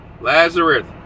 Lazarus